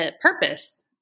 purpose